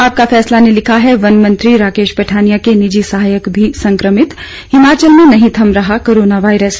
आपका फैसला ने लिखा है वन मंत्री राकेश पठानिया के निजी सहायक भी संक्रमित हिमाचल में नहीं थम रहा कोरोना वायरस